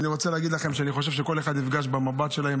אני רוצה להגיד לכם שאני חושב שכל אחד נפגש במבט שלהם,